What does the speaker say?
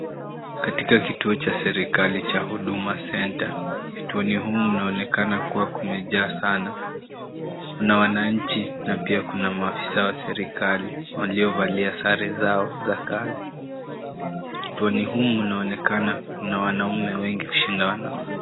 Katika kituo cha serikali cha Huduma Center. Kituoni humu mnaonekana kuwa kumejaa sana. Kuna wananchi na pia kuna maafisa wa serikali, waliovalia sare zao za kazi. Kituoni humu mnaonekana kuna wanaume wengi kushinda wanawake.